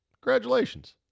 Congratulations